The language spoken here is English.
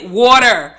water